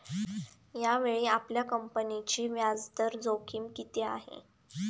यावेळी आपल्या कंपनीची व्याजदर जोखीम किती आहे?